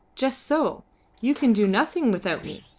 just so you can do nothing without me,